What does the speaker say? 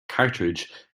cartridge